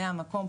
זה המקום,